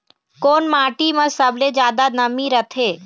कोन माटी म सबले जादा नमी रथे?